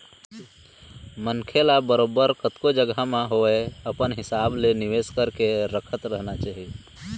मनखे ल बरोबर कतको जघा म होवय अपन हिसाब ले निवेश करके रखत रहना चाही